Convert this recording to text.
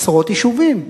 עשרות יישובים,